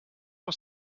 for